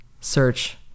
search